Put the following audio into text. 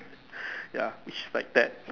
ya each like that